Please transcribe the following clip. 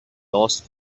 last